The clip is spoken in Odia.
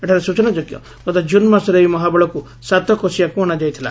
ଏଠାରେ ସୂଚନାଯୋଗ୍ୟ ଗତ କୁନ୍ ମାସରେ ଏହି ମହାବଳକୁ ସାତକୋଶିଆକୁ ଅଶାଯାଇଥିଲା